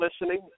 listening